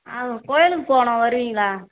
ஆ கோவிலுக்கு போகணும் வருவீங்களா